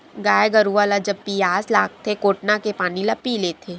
गाय गरुवा ल जब पियास लागथे कोटना के पानी ल पीय लेथे